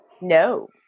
No